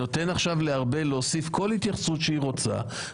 אני נותן עכשיו לארבל להוסיף כל התייחסות שהיא רוצה,